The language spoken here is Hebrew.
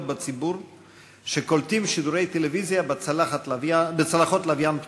בציבור שקולטים שידורי טלוויזיה בצלחות לוויין פתוחות.